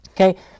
Okay